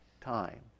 time